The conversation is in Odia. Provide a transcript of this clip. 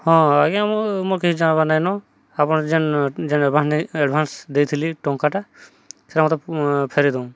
ହଁ ଆଜ୍ଞା ମୁଁ ମୋର କିଛି ଜାଣ୍ବାର୍ ନାଇଁନ ଆପଣ ଯେନ୍ ଯେନ ଏଡ଼ଭାନ୍ସ ଦେଇଥିଲି ଟଙ୍କାଟା ସେଟା ମୋତେ ଫେରେଇ ଦଉଁ